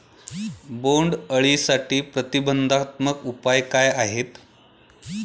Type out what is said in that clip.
बोंडअळीसाठी प्रतिबंधात्मक उपाय काय आहेत?